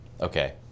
Okay